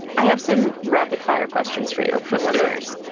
i have some rapid fire questions for you from listeners.